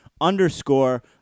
underscore